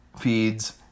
Feeds